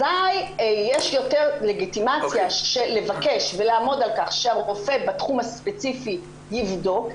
אזי יש יותר לגיטימציה לבקש ולעמוד על כך שהרופא בתחום הספציפי יבדוק,